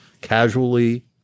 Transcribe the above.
casually